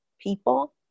people